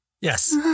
Yes